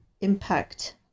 impact